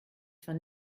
zwar